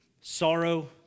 sorrow